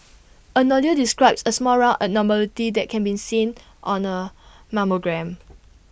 A nodule describes A small round abnormality that can be seen on A mammogram